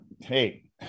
hey